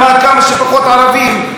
כמה שפחות ערבים.